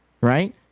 right